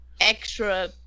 extra